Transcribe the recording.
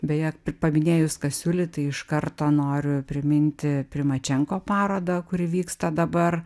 beje paminėjus kasiulį tai iš karto noriu priminti primačenko parodą kuri vyksta dabar